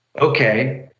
okay